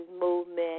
movement